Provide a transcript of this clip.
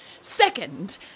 Second